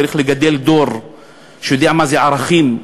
צריך לגדל דור שיודע מה זה ערכים,